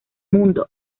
mundo